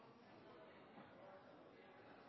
sola